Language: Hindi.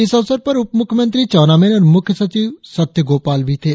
इस अवसर पर उप मुख्यमंत्री चाउना मेन और मुख्य सचिव सत्य गोपाल भी उपस्थित थे